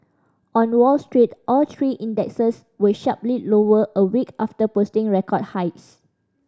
on Wall Street all three indexes were sharply lower a week after posting record highs